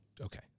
Okay